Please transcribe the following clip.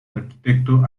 arquitecto